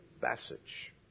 passage